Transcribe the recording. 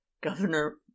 Governor